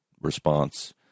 response